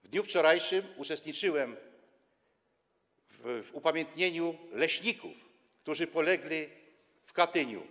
W dniu wczorajszym uczestniczyłem w upamiętnieniu leśników, którzy polegli w Katyniu.